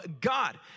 God